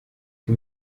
ati